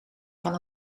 van